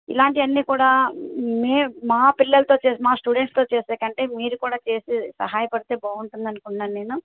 ఇలాంటివి అన్నీ కూడా మే మా పిల్లలతో చేసి మా స్టూడెంట్స్తో చేసే కంటే మీరు కూడా చేసి సహాయపడితే బాగుంటుంది అని అనుకుంటున్నాను నేను